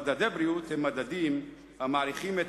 מדדי בריאות הם מדדים המעריכים את